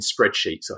spreadsheets